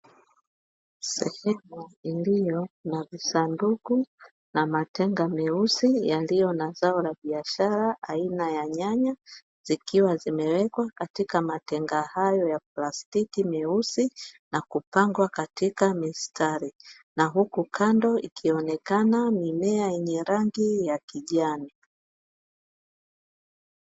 Sehemu iliyo na visanduku na matenga meusi yaliyo na zao la biashara aina ya nyanya, zikiwa zimewekwa katika matenga hayo ya plastiki meusi na kupangwa katika mistari. Na huku kando ikionekana mimea yenye rangi ya kijani.